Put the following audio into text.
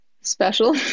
special